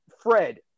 Fred